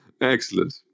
Excellent